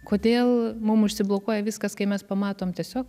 kodėl mum užsiblokuoja viskas kai mes pamatom tiesiog